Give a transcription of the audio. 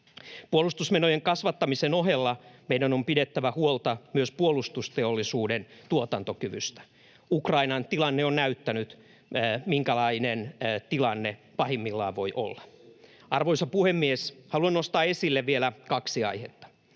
Puolustusmenojen kasvattamisen ohella meidän on pidettävä huolta myös puolustusteollisuuden tuotantokyvystä. Ukrainan tilanne on näyttänyt, minkälainen tilanne pahimmillaan voi olla. Arvoisa puhemies! Haluan nostaa esille vielä kaksi aihetta.